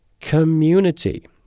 community